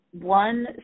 one